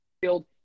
Field